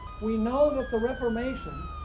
we know that the reformation